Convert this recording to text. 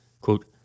Quote